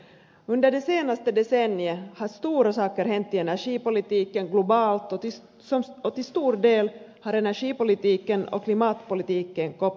under det senaste decenniet har stora saker hänt i energipolitiken globalt och till stor del har energipolitiken och klimatpolitiken kopplats ihop